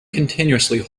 continuously